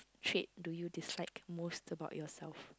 trait do you dislike most about yourself